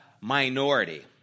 minority